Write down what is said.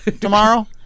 tomorrow